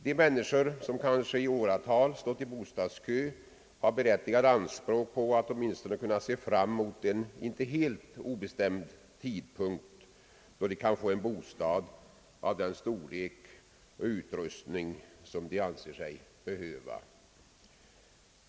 De människor som kanske i åratal stått i bostadskö har berättigade anspråk på att åtminstone kunna se fram mot en inte helt obestämd tidpunkt, då de kan få en bostad av den storlek och utrustning som de anser sig behöva.